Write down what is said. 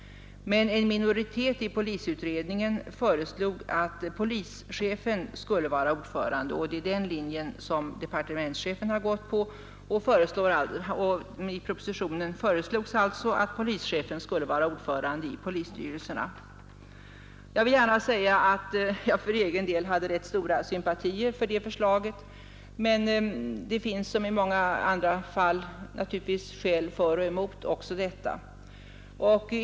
Men en minoritet i polisutredningen föreslog att polischefen skulle vara ordförande. Den linjen har departementschefen gått på, och i propositionen föreslås alltså att polischefen skall vara ordförande i polisstyrelserna. För egen del hade jag rätt stora sympatier för det förslaget, men det finns naturligtvis här som i många andra fall skäl för och emot.